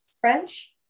French